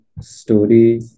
story